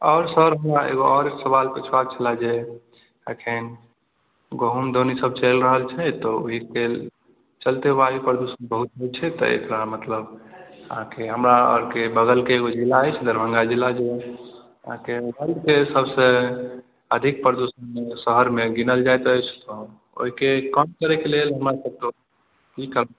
आओर सर हमरा एगो आओर एक सवाल पूछबाके छले जे अखन गहुँम दौनी सब चलि रहल छै तऽ ओहिके चलते वायु प्रदूषण बहुत छै तऽ एकरा मतलब हमरा आरके बगलके एगो जिला अछि दरभङ्गा जिला जे अहाँकेँ के सबसे अधिक प्रदूषण शहरमे गिनल जाइत अछि ओहिके कम करैके लेल हमरा सबके की